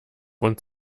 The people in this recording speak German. uns